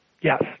Yes